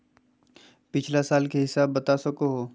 पिछला साल के हिसाब बता सको हो?